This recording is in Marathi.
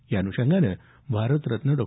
या अनुषंगानं भारतरत्न डॉ